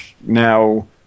now